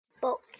book